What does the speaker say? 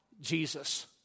Jesus